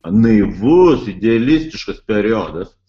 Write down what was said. naivus idealistiškas periodas